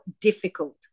difficult